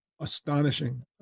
astonishing